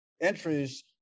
entries